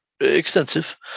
extensive